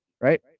right